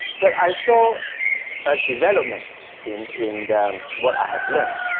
but i saw a development in in what i have learned,